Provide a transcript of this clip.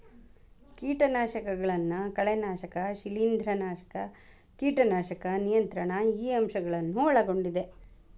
ಕೇಟನಾಶಕಗಳನ್ನು ಕಳೆನಾಶಕ ಶಿಲೇಂಧ್ರನಾಶಕ ಕೇಟನಾಶಕ ನಿಯಂತ್ರಣ ಈ ಅಂಶ ಗಳನ್ನು ಒಳಗೊಂಡಿದೆ